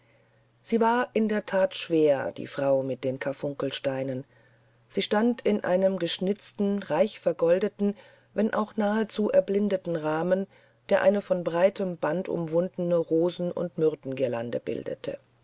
sie war in der that schwer die frau mit den karfunkelsteinen sie stand in einem geschnitzten reichvergoldeten wenn auch nahezu erblindeten rahmen der eine von breitem band umwundene rosen und myrtenguirlande bildete